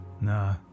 nah